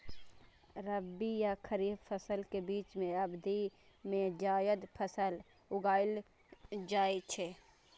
रबी आ खरीफ फसल के बीच के अवधि मे जायद फसल उगाएल जाइ छै